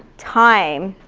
time,